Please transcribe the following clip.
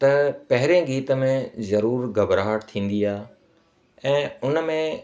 त पहिरें गीत में ज़रूरु घबराहट थींदी आहे ऐं उन में